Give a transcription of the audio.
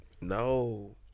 No